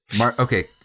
Okay